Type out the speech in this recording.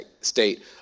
state